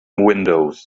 windows